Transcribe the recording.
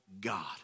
God